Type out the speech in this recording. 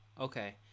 Okay